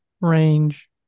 range